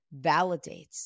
validates